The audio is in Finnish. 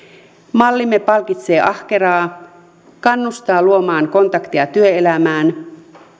mallimme palkitsee ahkeraa kannustaa luomaan kontakteja työelämään